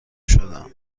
شدم